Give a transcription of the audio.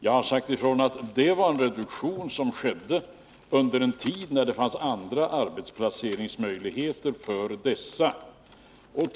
Jag har sagt ifrån att det var en reduktion som skedde under en tid när det fanns andra arbetsplaceringsmöjligheter för dessa arbetare.